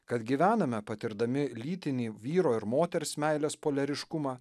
kad gyvename patirdami lytinį vyro ir moters meilės poliariškumą